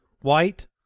White